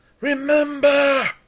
Remember